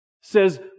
says